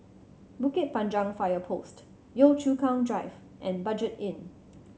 Bukit Panjang Fire Post Yio Chu Kang Drive and Budget Inn